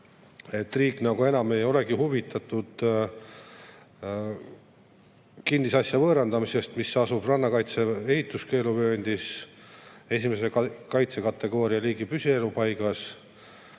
Riik nagu enam ei olegi huvitatud kinnisasja võõrandamisest, kui see asub rannakaitse ehituskeeluvööndis, esimese kaitsekategooria liigi püsielupaigas,